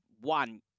one